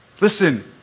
Listen